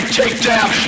takedown